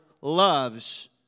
loves